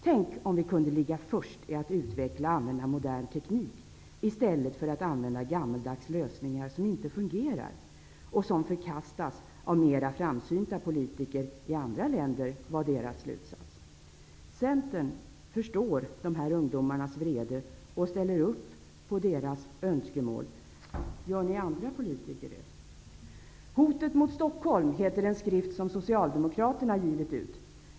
Tänk om vi kunde ligga först med att utveckla och använda modern teknik i stället för att använda gammaldags lösningar som inte fungerar och som förkastas av mera framsynta politiker i andra länder! Det var ungdomarnas slutsats. Centern förstår de här ungdomarnas vrede och ställer upp på deras önskemål. Gör ni andra politiker det? ''Hotet mot Stockholm'' heter en skrift som Socialdemokraterna givit ut.